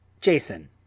Jason